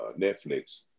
Netflix